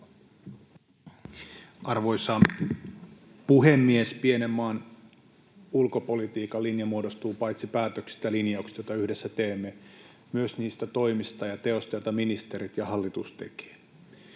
Arvoisa puhemies! Pienen maan ulkopolitiikan linja muodostuu paitsi päätöksistä ja linjauksista, joita yhdessä teemme, myös niistä toimista ja teoista, joita ministerit ja hallitus tekevät.